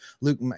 Luke